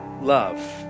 love